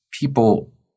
people –